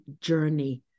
journey